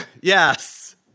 Yes